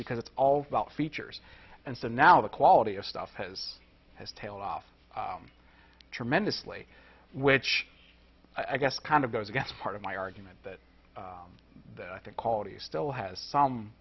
because it's all about features and so now the quality of stuff has his tail off tremendously which i guess kind of goes against part of my argument that i think quality still has some